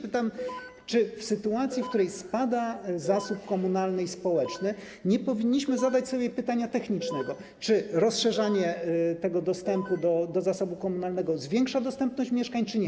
Pytam: Czy w sytuacji, w której spada zasób komunalny i społeczny, nie powinniśmy zadać sobie pytania technicznego, czy rozszerzanie tego dostępu do zasobu komunalnego zwiększa dostępność mieszkań, czy nie?